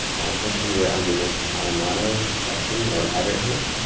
i'll click anywhere under this our motto sections, or header here.